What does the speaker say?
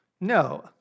No